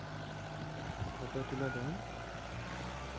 photo ᱛᱩᱞᱟᱹᱣ ᱫᱚ